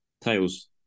Tails